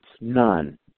none